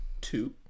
two